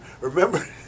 Remember